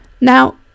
now